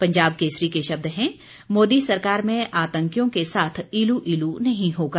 पंजाब केसरी के शब्द हैं मोदी सरकार में आतंकियों के साथ इलू इलू नहीं होगा